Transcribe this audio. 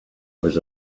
was